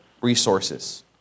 resources